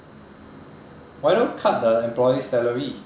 why don't cut the employee's salary